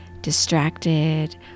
distracted